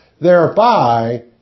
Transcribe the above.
thereby